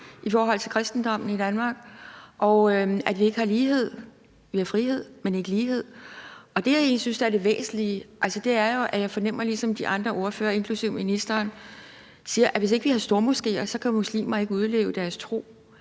i forhold til kristendommen i Danmark, og at vi ikke har lighed. Vi har frihed, men ikke lighed. Det, som jeg egentlig synes er det væsentlige, er jo, at jeg ligesom fornemmer, at de andre ordførere, inklusive ministeren, siger, at hvis ikke vi har stormoskéer, så kan muslimer ikke udleve deres tro.